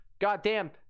Goddamn